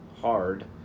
hard